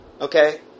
Okay